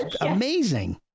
amazing